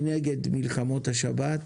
אני נגד מלחמות השבת,